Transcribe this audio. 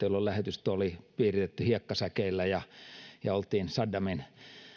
jolloin lähetystö oli piiritetty hiekkasäkeillä ja ja oltiin saddamin